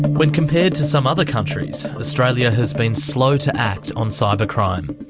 when compared to some other countries, australia has been slow to act on cybercrime.